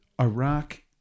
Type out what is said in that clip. Iraq